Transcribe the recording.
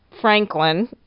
Franklin